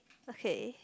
okay